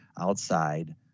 outside